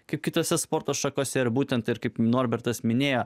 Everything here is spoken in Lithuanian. kaip kitose sporto šakose ar būtent ir kaip norbertas minėjo